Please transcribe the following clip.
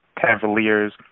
Cavaliers